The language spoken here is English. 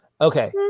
Okay